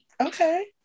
Okay